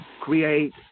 create